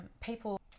people